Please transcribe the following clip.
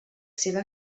seva